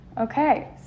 Okay